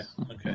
Okay